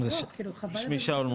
אני יודע שהנושא רחב,